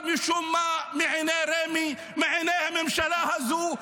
אבל משום מה מעיני רמ"י ומעיני הממשלה הזו,